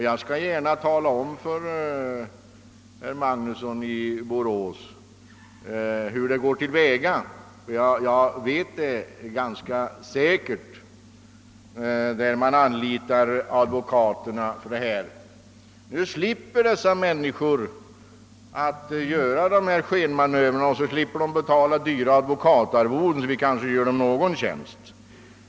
Jag skall gärna tala om för herr Magnusson hur man går till väga. Jag vet ganska säkert att man anlitar advokater för sådant här. Nu slipper dessa människor göra dessa skenmanövrer, och dessutom slipper de betala dyra advokatarvoden — så vi kanske gör dem någon tjänst!